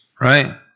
Right